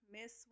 Miss